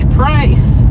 price